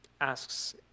asks